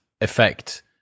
effect